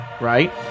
right